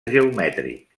geomètric